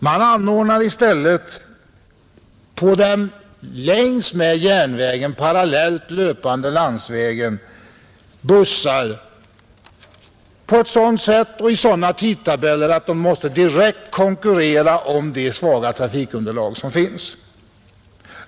SJ anordnar i stället busstrafik på den parallellt med järnvägen löpande landsvägen på ett sådant sätt och med sådana tidtabeller att denna trafik direkt konkurrerar med järnvägen om det svaga trafikunderlag som finns.